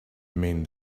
means